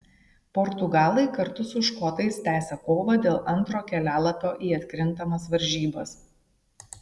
portugalai kartu su škotais tęsią kovą dėl antro kelialapio į atkrintamas varžybas